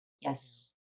Yes